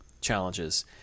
challenges